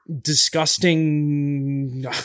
Disgusting